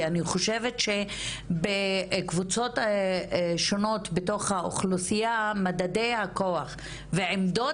כי אני חושבת שבקבוצות שונות בתוך האוכלוסייה מדדי הכוח ועמדות